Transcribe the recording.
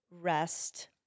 rest